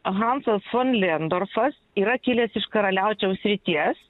hansos fon lėndorfas yra kilęs iš karaliaučiaus srities